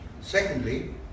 Secondly